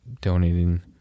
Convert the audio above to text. donating